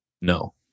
No